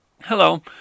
Hello